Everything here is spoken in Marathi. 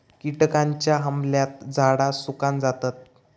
किटकांच्या हमल्यात झाडा सुकान जातत